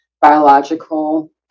biological